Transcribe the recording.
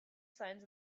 signs